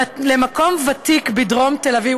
למקום ותיק בדרום תל אביב,